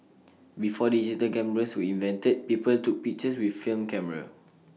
before the digital cameras were invented people took pictures with film camera